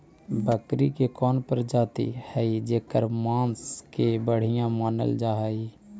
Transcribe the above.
बकरी के कौन प्रजाति हई जेकर मांस के बढ़िया मानल जा हई?